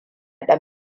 ɗan